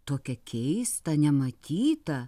tokią keistą nematytą